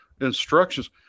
instructions